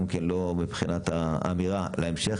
גם לא מבחינת האמירה להמשך.